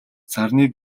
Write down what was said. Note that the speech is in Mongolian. сарны